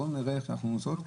בואו נראה איפה אנחנו נמצאים.